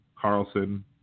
Carlson